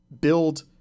build